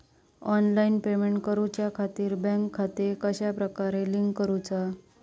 Online payment करुच्याखाती bank खाते कश्या प्रकारे लिंक करुचा?